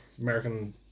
American